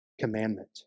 commandment